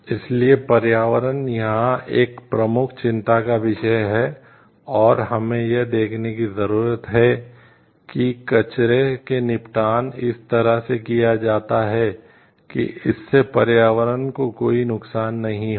इसलिए पर्यावरण यहां एक प्रमुख चिंता का विषय है और हमें यह देखने की जरूरत है कि कचरे के निपटान इस तरह से किया जाता है कि इससे पर्यावरण को कोई नुकसान नहीं होगा